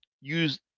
use